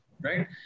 Right